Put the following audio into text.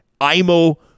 Imo